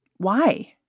why?